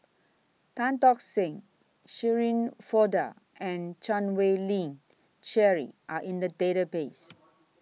Tan Tock Seng Shirin Fozdar and Chan Wei Ling Cheryl Are in The Database